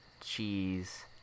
cheese